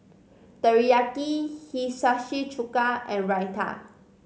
Teriyaki Hiyashi Chuka and Raita